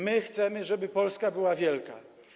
My chcemy, żeby Polska była wielka.